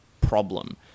problem